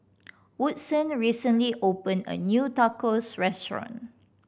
Woodson recently opened a new Tacos Restaurant